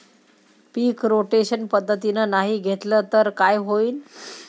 पीक rotation पद्धतीनं नाही घेतलं तर काय होईन?